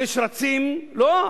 לא,